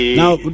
now